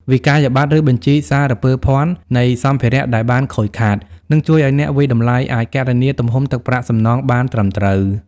វិក្កយបត្រ ឬបញ្ជីសារពើភណ្ឌ នៃសម្ភារៈដែលបានខូចខាត នឹងជួយឱ្យអ្នកវាយតម្លៃអាចគណនាទំហំទឹកប្រាក់សំណងបានត្រឹមត្រូវ។